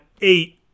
eight